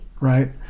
right